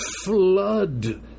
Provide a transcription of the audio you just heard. Flood